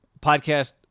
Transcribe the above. Podcast